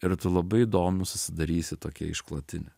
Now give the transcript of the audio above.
ir tu labai įdomų susidarysi tokią išklotinę